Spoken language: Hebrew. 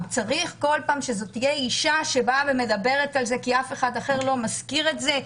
כל פעם זו אישה שמדברת על זה כי אף אחד אחר לא מזכיר את זה.